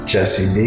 Jesse